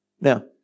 Now